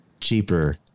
cheaper